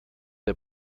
der